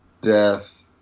death